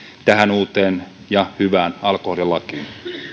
tähän uuteen ja hyvään alkoholilakiin